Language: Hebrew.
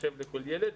מחשב לכל ילד,